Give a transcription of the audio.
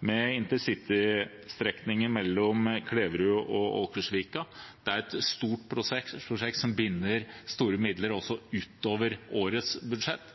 med intercity-strekninger mellom Kleverud og Åkersvika. Det er et stort prosjekt som binder opp store midler også utover årets budsjett.